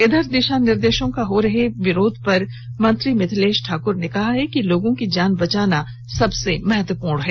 इधर दिशा निर्देशों का हो रहे विरोध पर मंत्री मिथिलेश ठाकुर ने कहा कि लोगों की जान बचाना सबसे महत्वपूर्ण है